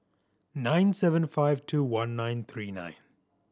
nine seven five two one nine three nine